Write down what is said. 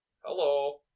Hello